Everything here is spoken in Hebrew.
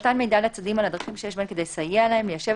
מתן מידע לצדדים על הדרכים שיש בהן כדי לסייע להם ליישב